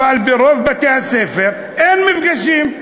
אבל ברוב בתי-הספר אין מפגשים,